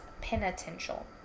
penitential